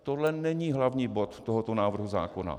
Tohle není hlavní bod tohoto návrhu zákona.